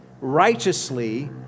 righteously